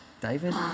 David